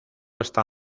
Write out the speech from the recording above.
esta